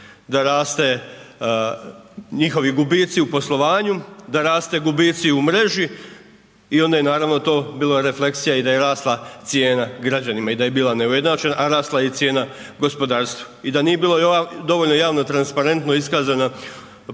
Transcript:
da raste njihovi gubici u poslovanju, da raste gubici u mreži i onda je naravno to bilo refleksija i da je rasla cijena građanima i da je bila neujednačena, a rasla je i cijena gospodarstvu. I da nije bilo dovoljno javno transparentno iskazana promjena cijela.